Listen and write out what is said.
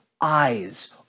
eyes